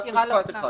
רק משפט אחד.